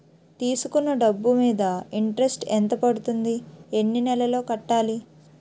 తీసుకున్న డబ్బు మీద ఇంట్రెస్ట్ ఎంత పడుతుంది? ఎన్ని నెలలో కట్టాలి?